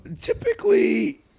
Typically –